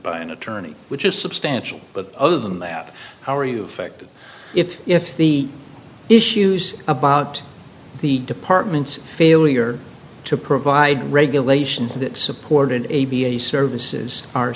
by an attorney which is substantial but other than that how are you affected if if the issues about the department's failure to provide regulations that supported a b a services are